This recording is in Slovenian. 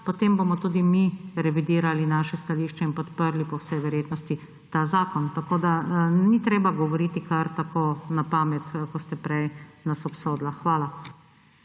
potem bomo tudi mi revidirali naše stališče in podprli po vsej verjetnosti ta zakon. Ni treba govoriti kar tako na pamet, kot ste prej nas obsodili. Hvala.